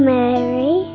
Mary